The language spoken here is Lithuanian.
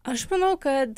aš manau kad